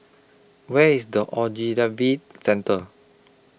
Where IS The Ogilvy Centre